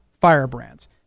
firebrands